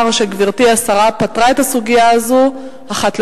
שגברתי השרה פתרה את הסוגיה הזאת אחת לתמיד?